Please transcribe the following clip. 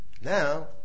Now